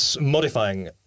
modifying